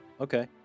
okay